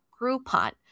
Groupon